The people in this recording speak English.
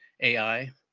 AI